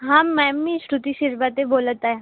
हां मॅम मी श्रुती शिरभाते बोलत आहे